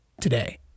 today